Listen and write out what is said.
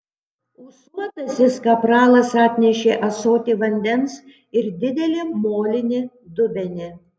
ūsuotasis kapralas atnešė ąsotį vandens ir didelį molinį dubenį